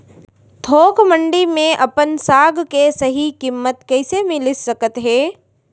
थोक मंडी में अपन साग के सही किम्मत कइसे मिलिस सकत हे?